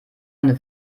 eine